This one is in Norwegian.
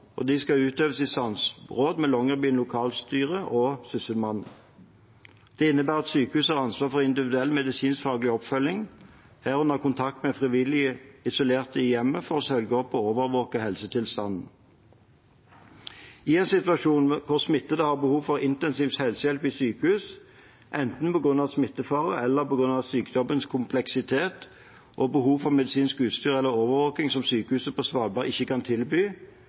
og disse skal utøves i samråd med Longyearbyen lokalstyre og Sysselmannen. Det innebærer at sykehuset har ansvar for individuell medisinskfaglig oppfølging, herunder kontakt med frivillig isolerte i hjemmet, for å følge opp og overvåke helsetilstanden. I en situasjon der smittede har behov for intensiv helsehjelp i sykehus, enten på grunn av smittefare eller på grunn av sykdommens kompleksitet og behov for medisinsk utstyr eller overvåking som sykehuset på Svalbard ikke kan tilby,